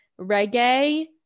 reggae